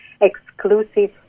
exclusive